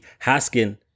haskin